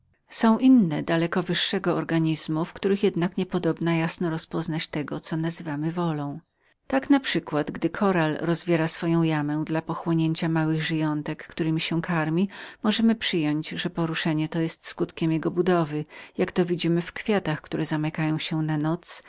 są inne daleko wyższego organizmu w których jednak nie podobna jasno rozpoznać tego co nazywamy wolą tak naprzykład gdy zwierze koralowe rozwiera swoją pokrywę dla połknięcia małych żyjątek któremi się karmi możemy mniemać że poruszenie to jest skutkiem jego organizmu jak to widzimy w kwiatach które zamykają się na noc